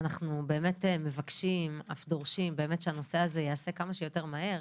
אנחנו באמת מבקשים ואף דורשים שהנושא הזה ייעשה כמה שיותר מהר,